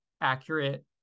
accurate